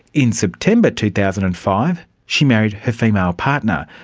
in september two thousand and five she married her female partner.